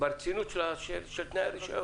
ברצינות של תנאי הרישיון.